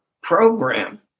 program